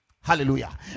Hallelujah